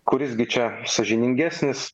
kuris gi čia sąžiningesnis